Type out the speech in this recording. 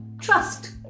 trust